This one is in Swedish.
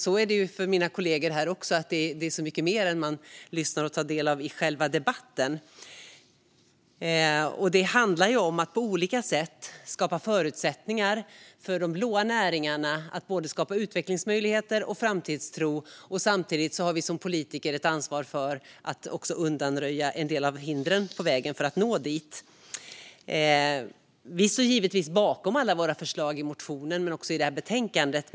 Så är det även för mina kollegor här: Det finns så mycket mer än man får höra och ta del av under själva debatten. Det handlar om att på olika sätt skapa förutsättningar för de blå näringarna att skapa utvecklingsmöjligheter och framtidstro. Samtidigt har vi som politiker också ett ansvar för att undanröja en del av hindren på vägen för att nå dit. Vi står givetvis bakom alla våra förslag i motionen och även i det här betänkandet.